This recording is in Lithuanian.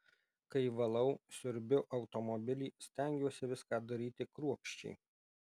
kai valau siurbiu automobilį stengiuosi viską daryti kruopščiai